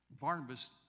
Barnabas